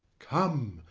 come,